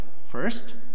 first